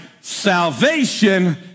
salvation